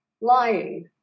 Lying